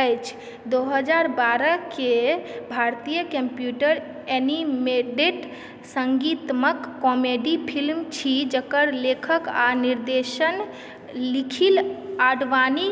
अछि दू हजार बारहके भारतीय कम्प्यूटर एनिमेटेड सङ्गीतमक कॉमेडी फिल्म छी जकर लेखक आ निर्देशन निखिल आडवाणी